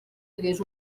hagués